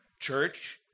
church